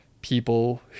people